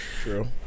true